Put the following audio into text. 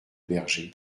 berger